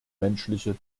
menschliche